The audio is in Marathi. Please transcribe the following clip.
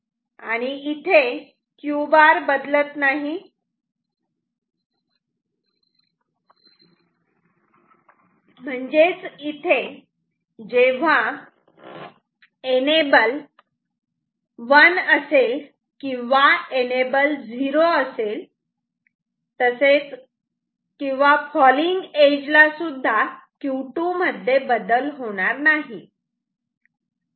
आणि इथे Q बार बदलत नाही म्हणजेच इथे जेव्हा एनेबल 1 असेल किंवा एनेबल 0 असेल तसेच किंवा फॉलींग एज ला सुद्धा Q2 मध्ये बदल होणार नाही